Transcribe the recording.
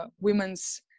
women's